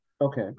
Okay